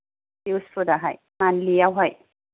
dues फोराहाय मानथ्लिआवहाय